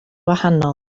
wahanol